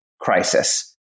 crisis